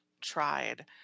tried